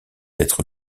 d’être